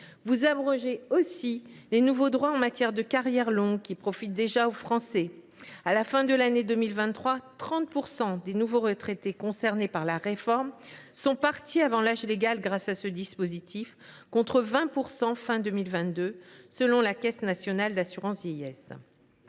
Vous abrogez aussi les nouveaux droits en matière de carrières longues qui profitent déjà aux Français : à la fin de l’année 2023, 30 % des nouveaux retraités concernés par la réforme sont partis avant l’âge légal grâce à ce dispositif, contre 20 % fin 2022, selon la Caisse nationale d’assurance vieillesse.